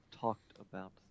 talked-about